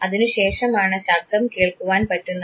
അതിനുശേഷമാണ് ശബ്ദം കേൾക്കുവാൻ പറ്റുന്നത്